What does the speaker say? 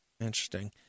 Interesting